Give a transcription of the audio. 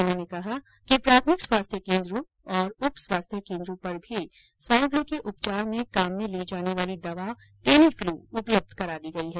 उन्होंने कहा कि प्राथमिक स्वास्थ्य केन्द्रों और उप स्वास्थ्य केन्द्रों पर भी स्वाइनफलू के उपचार में काम ली जाने वाली दवा टेमीफलू उपलब्ध करायी गयी है